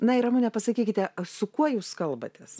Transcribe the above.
na ir ramune pasakykite su kuo jūs kalbatės